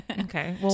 Okay